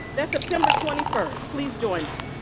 that's september twenty first. please join us.